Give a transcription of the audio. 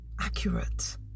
Accurate